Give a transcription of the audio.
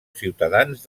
ciutadans